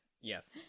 Yes